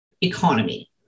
economy